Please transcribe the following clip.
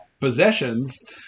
possessions